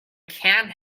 can